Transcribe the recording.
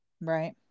Right